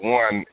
one